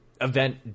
event